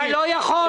אתה לא יכול.